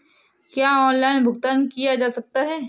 क्या ऑनलाइन भुगतान किया जा सकता है?